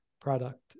product